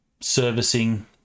servicing